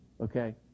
okay